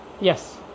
Yes